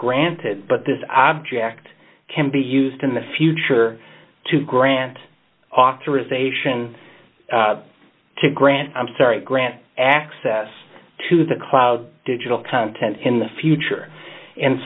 granted but this object can be used in the future to grant authorization to grant i'm sorry grant access to the cloud digital content in the future and